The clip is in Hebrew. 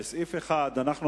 לסעיף 1,